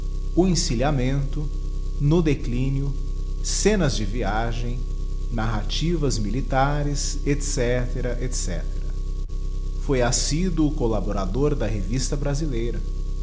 o encilhamen to no declinio scenas de viagem narrativas militares etc etc foi assiduo couaborador da revista brasileira